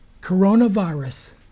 Coronavirus